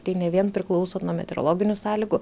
tai ne vien priklauso nuo meteorologinių sąlygų